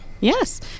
yes